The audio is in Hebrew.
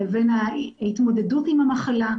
לבין ההתמודדות עם המחלה.